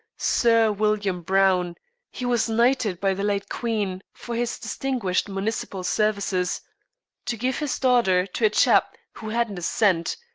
sir william browne he was knighted by the late queen for his distinguished municipal services to give his daughter to a chap who hadn't a cent.